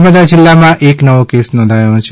નર્મદા જિલ્લામાં એક નવો કેસ નોધાયો છે